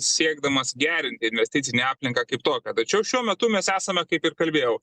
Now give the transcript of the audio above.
siekdamas gerinti investicinę aplinką kaip tokią tačiau šiuo metu mes esame kaip ir kalbėjau